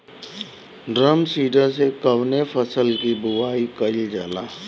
Drum seeder से कवने फसल कि बुआई कयील जाला?